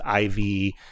IV